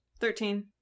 Thirteen